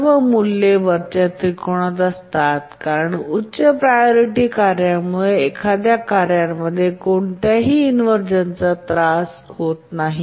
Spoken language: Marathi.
सर्व मूल्ये वरच्या त्रिकोणात असतात कारण उच्च प्रायोरिटी कार्यामुळे एखाद्या कार्यामध्ये कोणत्याही इन्व्हरझन चा त्रास होत नाही